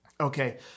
Okay